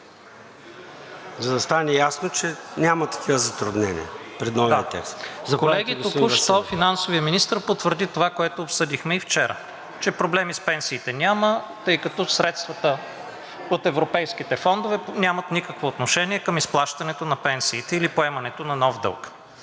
за да стане ясно, че нямат такива затруднения при новия текст. АСЕН ВАСИЛЕВ (Продължаваме Промяната): Колеги, току що финансовият министър потвърди това, което обсъдихме и вчера, че проблеми с пенсиите няма, тъй като средствата от европейските фондове нямат никакво отношение към изплащането на пенсиите или поемането на нов дълг.